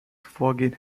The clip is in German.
vorgehen